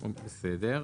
בסדר.